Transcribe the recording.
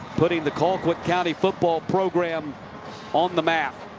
putting the colquitt county but but program on the map.